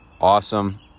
Awesome